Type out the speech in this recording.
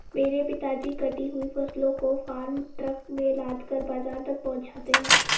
मेरे पिताजी कटी हुई फसलों को फार्म ट्रक में लादकर बाजार तक पहुंचाते हैं